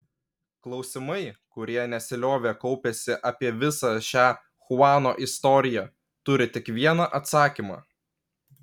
klausimai kurie nesiliovė kaupęsi apie visą šią chuano istoriją turi tik vieną atsakymą